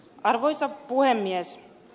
arvoisa puhemies